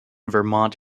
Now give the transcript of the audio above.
vermont